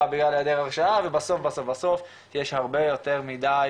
והבאה להרשעה ובסוף בסוף יש הרבה יותר מדי